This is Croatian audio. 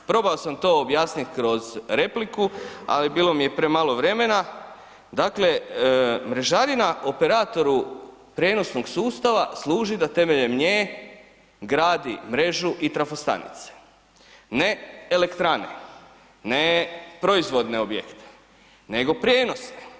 Probao sam to objasnit kroz repliku, ali bilo mi je premalo vremena, dakle mrežarina operatoru prijenosnog sustava služi da temeljem nje gradi mrežu i trafostanice, ne elektrane, ne proizvodne objekte, nego prijenosne.